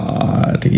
God